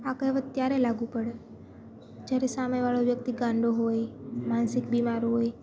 આ કહેવત ત્યારે લાગુ પડે જ્યારે સામેવાળો વ્યક્તિ ગાંડો હોય માનસિક બીમાર હોય